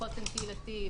חוסן קהילתי,